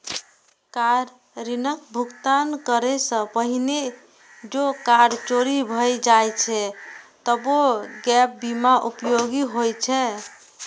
car ऋणक भुगतान करै सं पहिने जौं कार चोरी भए जाए छै, तबो गैप बीमा उपयोगी होइ छै